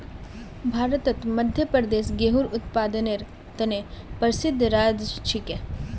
भारतत मध्य प्रदेश गेहूंर उत्पादनेर त न प्रसिद्ध राज्य छिके